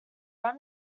run